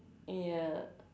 ya